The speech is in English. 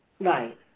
Right